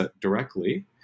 directly